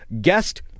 guest